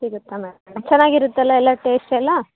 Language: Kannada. ಸಿಗುತ್ತಾ ಮ್ಯಾಮ್ ಚೆನ್ನಾಗಿರುತ್ತಲಾ ಎಲ್ಲ ಟೇಸ್ಟ್ ಎಲ್ಲ